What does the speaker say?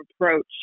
approach